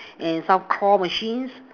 and some claw machines